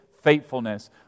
faithfulness